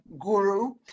guru